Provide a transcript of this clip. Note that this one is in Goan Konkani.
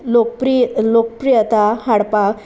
लोकप्रिय लोकप्रियता हाडपाक